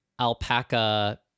alpaca